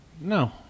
No